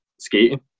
skating